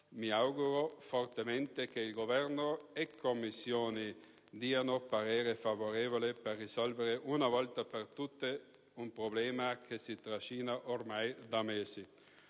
Mi auguro fortemente che il Governo e le Commissioni diano parere favorevole per risolvere una volta per tutte un problema che si trascina ormai da mesi.